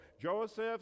Joseph